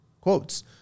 quotes